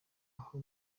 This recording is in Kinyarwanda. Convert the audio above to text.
aho